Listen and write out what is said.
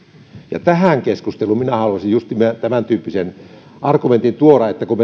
ja tähän keskusteluun minä haluaisin justiin tämäntyyppisen argumentin tuoda että kun